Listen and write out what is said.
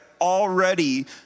already